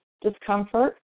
discomfort